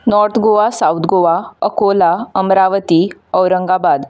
north Goa south Goa Akola Amravati Aurangabad